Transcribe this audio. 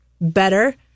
better